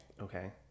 Okay